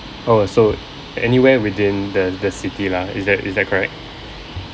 oh so anywhere within the the city lah is that is that correct